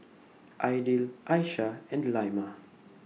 Aidil Aishah and Delima